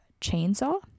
chainsaw